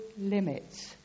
limits